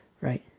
right